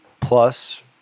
plus